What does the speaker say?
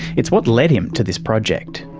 it's what led him to this project.